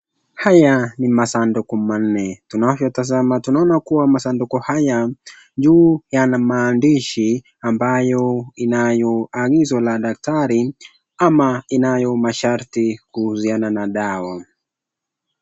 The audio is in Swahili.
Haya ni masanduku manne, tunavyotazama tunaona kuwa masanduku haya, juu yana maandishi ambayo inayoagizwa na daktari ama inayo masharti kuhusiana na dawa.